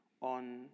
on